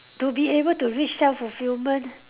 to be able to reach self fulfilment